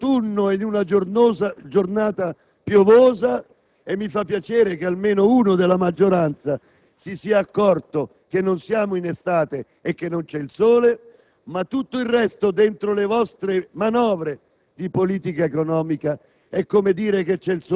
questo kafkiano assestamento di bilancio nel pieno dell'autunno e di una giornata piovosa (e mi fa piacere che almeno uno dei senatori della maggioranza si sia accorto che non siamo in estate e non c'è il sole),